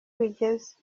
bigeze